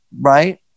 right